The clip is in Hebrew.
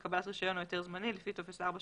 לקבלת רישיון או היתר זמני לפי טופס 4 שבתוספת.